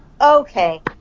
Okay